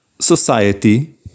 society